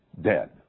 dead